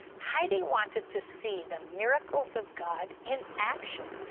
heidi wanted to see the miracles of god in action.